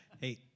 Hey